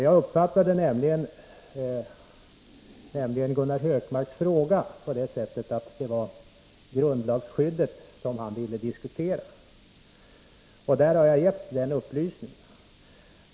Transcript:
Jag uppfattade nämligen Gunnar Hökmarks fråga på det sättet att det var grundlagsskyddet som han ville diskutera, och jag har lämnat mina upplysningar på den grundvalen.